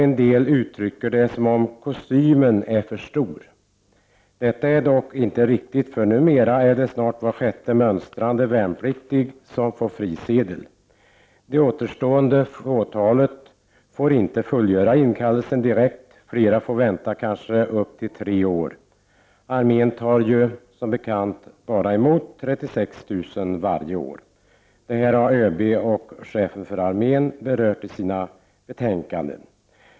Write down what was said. En del uttrycker det som om kostymen är för stor. Detta är dock inte riktigt, för numera är det snart var sjätte mönstrande värnpliktig som får frisedel. Det återstående fåtalet får inte fullgöra inkallelsen direkt. Fler får vänta kanske ända upp till tre år. Armén tar ju bara emot som bekant 36 000 varje år. Det här har ÖB och chefen för armén berört i sina betänkanden.